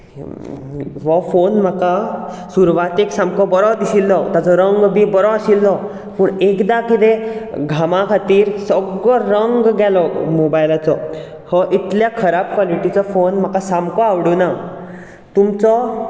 हो फोन म्हाका सुरवातेक सामके बरो दिशिल्लो ताचो रंग बी बरो आशिल्लो पूण एकदां कितें घामा खातीर सगळो रंग गेलो मोबायलाचो हो इतल्या खराब क्वॉलिटीचो फोन म्हाका सामको आवडूंक ना तुमचो